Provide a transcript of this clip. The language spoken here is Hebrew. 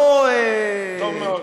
טוב מאוד.